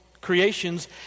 creations